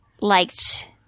liked